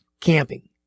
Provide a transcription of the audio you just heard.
camping